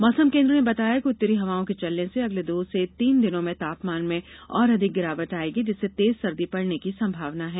मौसम केन्द्र ने बताया कि उत्तरी हवाओं के चलने से अगले दो से तीन दिनों में तापमान में और अधिक गिरावट आयेगी जिससे तेज सर्दी पड़ने की संभावना है